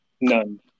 None